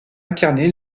incarné